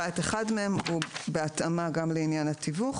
"תיקון החוק להגברת האכיפה של דיני עבודה בסעיף 33(א)(2),